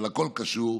אבל הכול קשור,